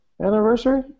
anniversary